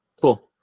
cool